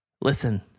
listen